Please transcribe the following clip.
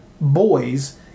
boys